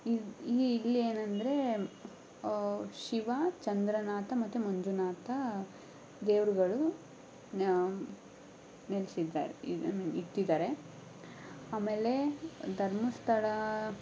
ಈ ಇಲ್ಲಿ ಏನೆಂದ್ರೆ ಶಿವ ಚಂದ್ರನಾಥ ಮತ್ತು ಮಂಜುನಾಥ ದೇವರುಗಳು ನೆಲೆಸಿದ್ದಾರೆ ಇದನ್ನು ಇಟ್ಟಿದ್ದಾರೆ ಆಮೇಲೆ ಧರ್ಮಸ್ಥಳ